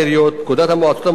פקודת המועצות המקומיות,